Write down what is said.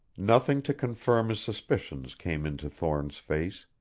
nothing to confirm his suspicions came into thorne's face.